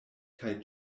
kaj